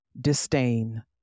disdain